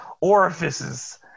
orifices